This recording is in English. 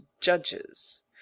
judges